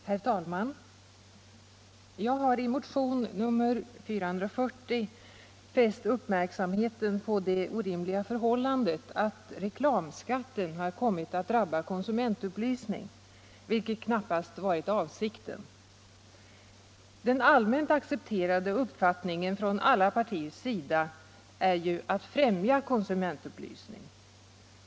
Herr talman! Jag har i motion nr 440 fäst uppmärksamheten på det orimliga förhållandet att reklamskatten har kommit att drabba konsumentupplysning, vilket knappast varit avsikten. Den allmänt accepterade uppfattningen från alla partiers sida är ju att man skall främja konsumentupplysning.